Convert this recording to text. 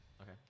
Okay